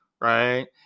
Right